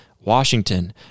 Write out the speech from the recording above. Washington